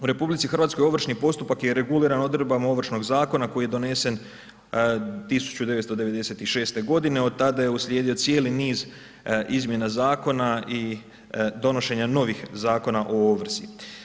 U RH ovršni postupak je reguliran odredbama Ovršnog zakona koji je donesen 1996.g., od tada je uslijedio cijeli niz izmjena zakona i donošenja novih Zakona o ovrsi.